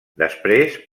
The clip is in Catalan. després